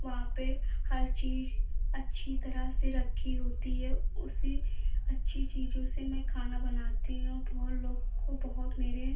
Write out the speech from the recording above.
वहाँ पर हर चीज़ अच्छी तरह से रखी होती है उसी अच्छी चीज़ों मैं खाना बनाती हूँ बहुत लोग को बहुत मेरे